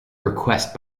request